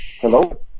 Hello